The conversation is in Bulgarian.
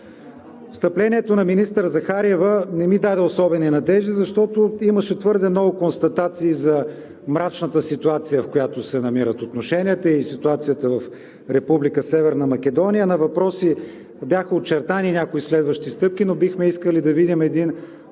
Встъплението на министър Захариева не ми даде особени надежди, защото имаше твърде много констатации за мрачната ситуация, в която се намират отношенията и ситуацията в Република Северна Македония. На въпроси бяха очертани някои следващи стъпки, но бихме искали да видим